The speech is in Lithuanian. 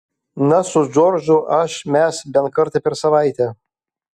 na su džordžu aš mes bent kartą per savaitę